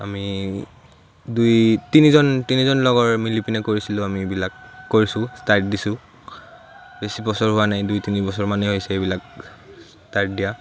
আমি দুই তিনিজন তিনিজন লগৰ মিলি পিনে কৰিছিলোঁ আমিবিলাক কৰিছোঁ ইষ্টাৰ্ট দিছোঁ বেছি বছৰ হোৱা নাই দুই তিনি বছৰমানেই হৈছে এইবিলাক ইষ্টাৰ্ট দিয়া